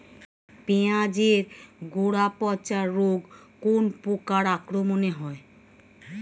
পিঁয়াজ এর গড়া পচা রোগ কোন পোকার আক্রমনে হয়?